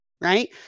right